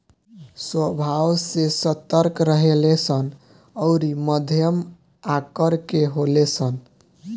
स्वभाव से सतर्क रहेले सन अउरी मध्यम आकर के होले सन